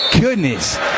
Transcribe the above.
goodness